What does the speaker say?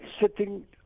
sitting